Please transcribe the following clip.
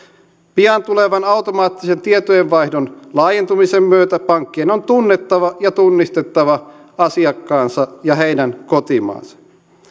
pian tulevan automaattisen tietojenvaihdon laajentumisen myötä pankkien on tunnettava ja tunnistettava asiakkaansa ja heidän kotimaansa